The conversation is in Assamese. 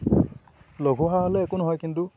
লঘু আহাৰ হ'লে একো নহয় কিন্তু